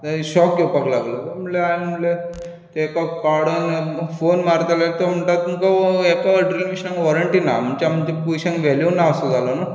shock घेवपा लागलो तर म्हणलें हांवें म्हणलें एका कार्डान फोन मारतलो जाल्यार तो म्हणटा तुमच्या हाका ड्रिलींग मशिनाक वॉरिंटी ना म्हणजे आमच्या पोयशांक वेल्यू ना असो जालो न्हय